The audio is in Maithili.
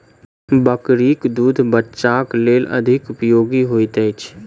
बकरीक दूध बच्चाक लेल अधिक उपयोगी होइत अछि